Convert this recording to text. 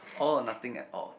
all or nothing at all